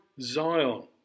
Zion